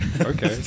Okay